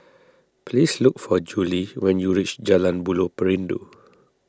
please look for Julie when you reach Jalan Buloh Perindu